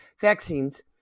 vaccines